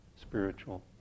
spiritual